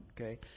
okay